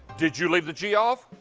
did you leave the g off?